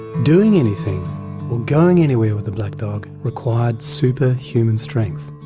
doing anything or going anywhere with the black dog required super human strength.